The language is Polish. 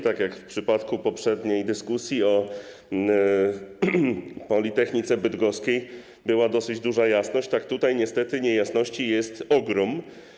Tak jak w przypadku poprzedniej dyskusji o Politechnice Bydgoskiej była dosyć duża jasność, tak tutaj niestety niejasności jest ogrom.